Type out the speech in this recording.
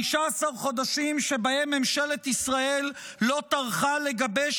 15 חודשים שבהם ממשלת ישראל לא טרחה לגבש